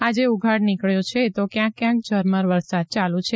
આજે ઉઘાડ નીકળ્યો છે તો ક્યાંક ઝરમર વરસાદ ચાલ્ છે